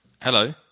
Hello